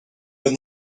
been